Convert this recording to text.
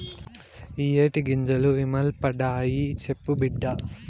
ఇయ్యే టీ గింజలు ఇ మల్పండాయి, సెప్పు బిడ్డా